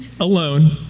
alone